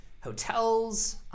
hotels